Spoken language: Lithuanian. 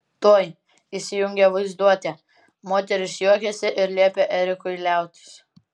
tuoj įsijungė vaizduotė moteris juokėsi ir liepė erikui liautis